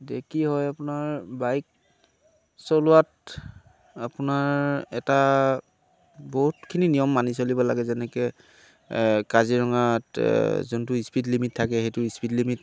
এতিয়া কি হয় আপোনাৰ বাইক চলোৱাত আপোনাৰ এটা বহুতখিনি নিয়ম মানি চলিব লাগে যেনেকে কাজিৰঙাত যোনটো ইস্পীড লিমিট থাকে সেইটো ইস্পীড লিমিট